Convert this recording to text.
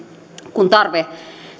kun tarve